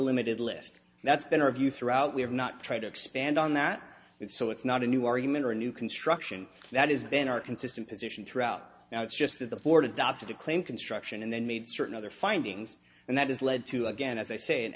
limited list that's been our view throughout we have not tried to expand on that it so it's not a new argument or a new construction that is then our consistent position throughout now it's just that the board adopted a claim construction and then made certain other findings and that does lead to again as i say